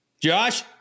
Josh